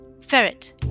Ferret